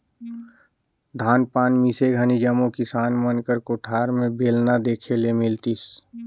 धान पान मिसे घनी जम्मो किसान मन कर कोठार मे बेलना देखे ले मिलतिस